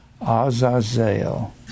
Azazel